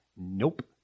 nope